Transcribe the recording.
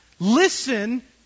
Listen